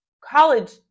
college